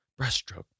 breaststroke